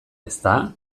ezta